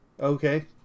Okay